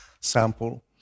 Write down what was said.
sample